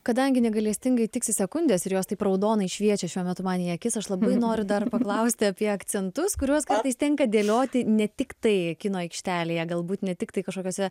kadangi negailestingai tiksi sekundės ir jos taip raudonai šviečia šiuo metu man į akis aš labai noriu dar paklausti apie akcentus kuriuos kartais tenka dėlioti ne tiktai kino aikštelėje galbūt net tiktai kažkokiose